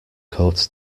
court